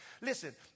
Listen